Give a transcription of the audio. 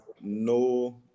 no